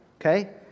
Okay